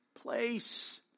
place